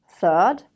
Third